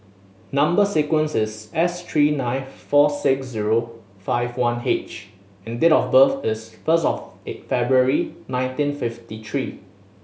number sequence is S three nine four six zero five one H and date of birth is first of February nineteen fifty three